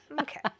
Okay